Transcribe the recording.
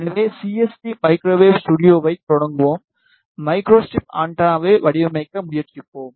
எனவே CST microwave ஸ்டுடியோவைத் தொடங்குவோம் மைக்ரோஸ்ட்ரிப் ஆண்டெனாவை வடிவமைக்க முயற்சிப்போம்